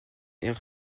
est